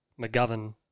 McGovern